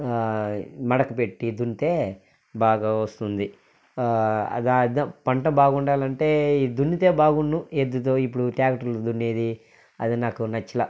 మడక పెట్టి దున్నితే బాగా వస్తుంది అది దం పంట బాగుండాలంటే దున్నితే బాగుండు ఎద్దుతో ఇప్పుడు ట్యాక్టర్లు దున్నేది అది నాకు నచ్చల